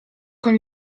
con